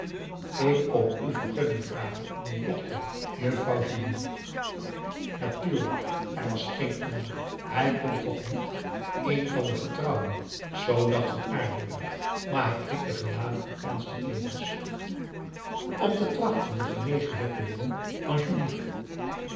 ik kom u vergunning vragen om uw dochter juffrouw julie natuurlijk er was geen ander hij kon toch niet een van de getrouwde zoo dacht van aardenburg maar hij knikte genadig en ernstig tevens p a daum hoe hij raad van indië werd onder ps maurits om te trachten de genegenheid te winnen van julie